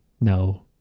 No